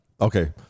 Okay